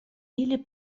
ili